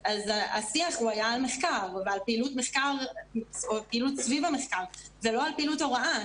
השיח היה על מחקר ועל פעילות סביב המחקר ולא על פעילות הוראה.